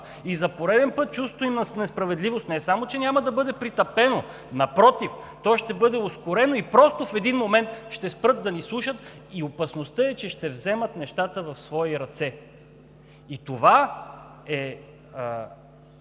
За пореден път чувството им на несправедливост не само че няма да бъде притъпено, напротив, то ще бъде ускорено и просто в един момент ще спрат да ни слушат и опасността е, че ще вземат нещата в свои ръце. И това е